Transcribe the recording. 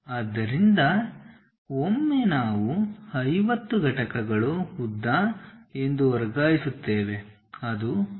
ಆದ್ದರಿಂದ ಒಮ್ಮೆ ನಾವು 50 ಘಟಕಗಳು ಉದ್ದ ಎಂದು ವರ್ಗಾಯಿಸುತ್ತೇವೆ ಅದು ಮೂಲದಿಂದ ಬಂದಿರುತ್ತದೆ